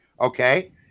Okay